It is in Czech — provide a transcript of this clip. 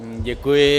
Děkuji.